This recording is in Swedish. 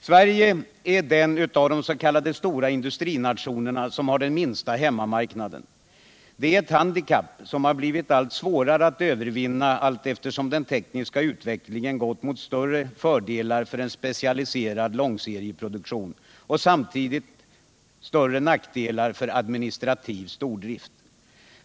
Sverige är den av de s.k. stora industrinationerna som har den minsta hemmamarknaden. Det är ett handikapp som blivit allt svårare att övervinna allteftersom den tekniska utvecklingen har gått mot större fördelar för en specialiserad långserieproduktion, och samtidigt större nackdelar för administrativ stordrift.